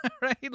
right